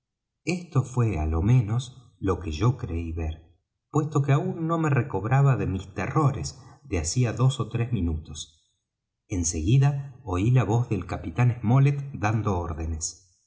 esto fué á lo menos lo que yo creí ver puesto que aún no me recobraba de mis terrores de hacía dos ó tres minutos en seguida oí la voz del capitán smollet dando órdenes